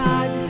God